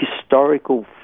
historical